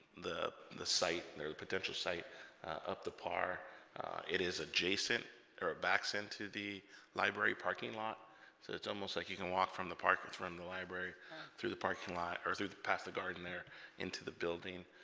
the the site there the potential site up to par it is adjacent or a back sent to the library parking lot so it's almost like you can walk from the park that's run the library through the parking lot or through the past the garden there into the building